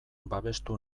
babestu